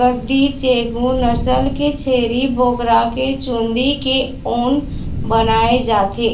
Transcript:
गद्दी, चेगू नसल के छेरी बोकरा के चूंदी के ऊन बनाए जाथे